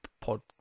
pod